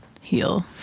heal